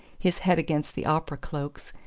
his head against the opera cloaks,